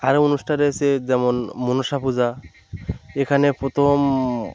আরো অনুষ্ঠান আছে যেমন মনসা পূজা এখানে প্রথম